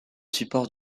support